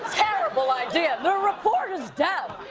terrible idea. the report is done.